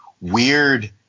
weird